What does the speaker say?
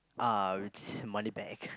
ah with this money back